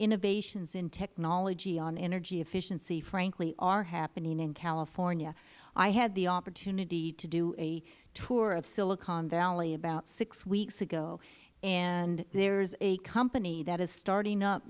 innovations in technology on energy efficiency frankly are happening in california i had the opportunity to do a tour of silicon valley about six weeks ago and there is a company that is starting up